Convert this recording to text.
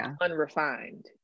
unrefined